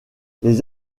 les